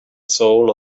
soul